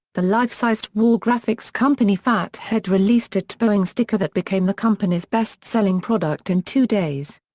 the life-sized wall graphics company fathead released a tebowing sticker that became the company's best-selling product in two days.